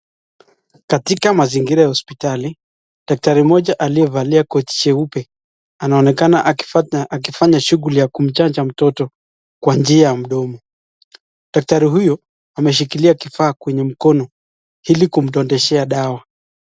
Katika mazingira ya hospitali daktari mmoja aliyevalia koti jeupe anaonekana akifanya shughuli ya kumchanja mtoto kwa njia ya mdomo. Daktari huyu ameshikilia kifaa kwenye mkono ili kumdodeshea dawa.